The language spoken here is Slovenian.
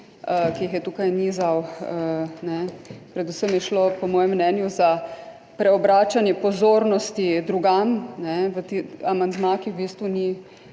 ki jih je tukaj nizal. Predvsem je šlo po mojem mnenju za preobračanje pozornosti drugam, v amandma, ki v bistvu ni